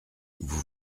vous